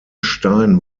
stein